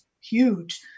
huge